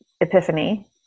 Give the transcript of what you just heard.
epiphany